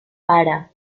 para